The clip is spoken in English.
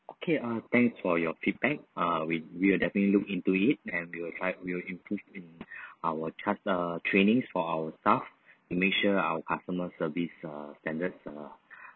okay uh thanks for your feedback uh we we will definitely look into it and we will try we will improve in our cha~ uh trainings for our staff to make sure our customer service uh standards uh